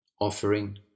offering